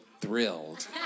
thrilled